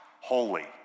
holy